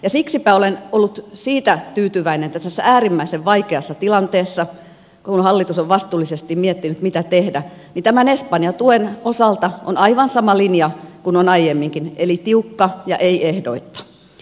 ja siksipä olen ollut siitä tyytyväinen että tässä äärimmäisen vaikeassa tilanteessa kun hallitus on vastuullisesti miettinyt mitä tehdä tämän espanja tuen osalta on aivan sama linja kuin aiemminkin eli tiukka ja ei ehdoitta